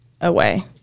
away